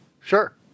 Sure